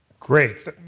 Great